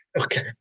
Okay